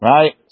Right